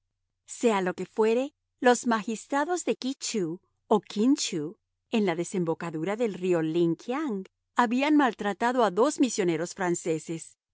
sea lo que fuere los magistrados de ky tcheou o kin tcheou en la desembocadura del río li kiang habían maltratado a dos misioneros franceses